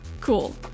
Cool